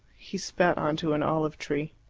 he spat on to an olive-tree.